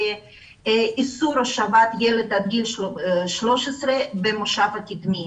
לאיסור הושבת ילד עד גיל 13 במושב הקדמי.